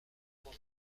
quand